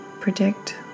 predict